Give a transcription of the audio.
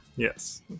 Yes